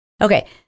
Okay